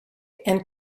and